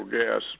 gas